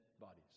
bodies